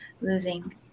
losing